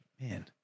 Man